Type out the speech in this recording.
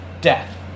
death